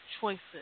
choices